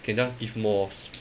can just give mores